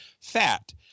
fat